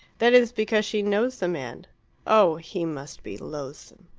that is because she knows the man. oh, he must be loathsome!